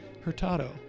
Hurtado